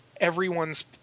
everyone's